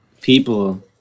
people